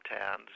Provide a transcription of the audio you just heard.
towns